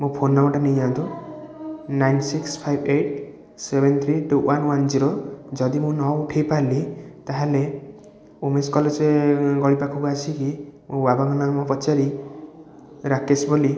ମୋ ଫୋନ୍ ନମ୍ବରଟା ନେଇଯାଆନ୍ତୁ nine six five eight seven three two one one zero ଯଦି ମୁଁ ନ ଉଠେଇ ପାରିଲି ତା'ହେଲେ ଓମେନ୍ସ୍ କଲେଜ ଗଳି ପାଖକୁ ଆସିକି ମୋ ବାବାଙ୍କ ନାମ ପଚାରି ରାକେଶ ବୋଲି